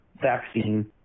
vaccine